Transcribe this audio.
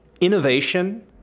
Innovation